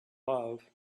love